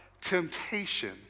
Temptation